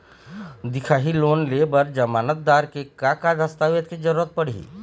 दिखाही लोन ले बर जमानतदार के का का दस्तावेज के जरूरत पड़ही?